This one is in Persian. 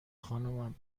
خانومم